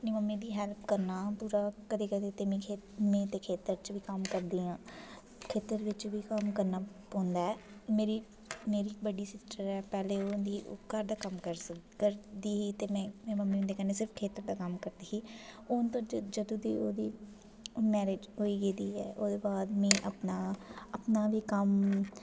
अपनी मम्मी दी हेल्प करना पूरा कदें कदें ते में खेत्तर च बी कम्म करदी आं खेत्तर बिच बी कम्म करना पौंदा ऐ मेरी मेरी बड्डी सिस्टर ऐ पैह्ले ओह् होंदी ही घर दा कम्म करी सकदी करदी ही ते में मम्मी हुंदे कन्नै सिर्फ खेत्तर दा कम्म करदी ही हून जदूं दी ओह्दी मैरिज होई गेदी ऐ ओह्दे बाद मिगी अपना अपना बी कम्म